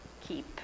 keep